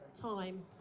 time